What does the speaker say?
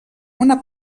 una